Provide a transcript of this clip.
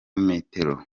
metero